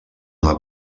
una